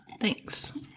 thanks